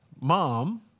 mom